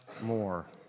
more